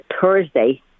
Thursday